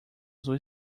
azul